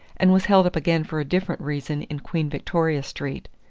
and was held up again for a different reason in queen victoria street.